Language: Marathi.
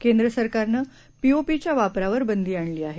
केंद्रसरकारनं पीओपीच्या वापरावर बंदी आणली आहे